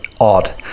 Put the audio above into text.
odd